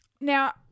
Now